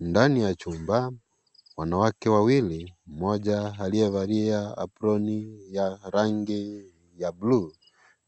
Ndani ya chumba, wanawake wawili, mmoja aliyevalia aproni ya rangi ya blue